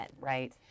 right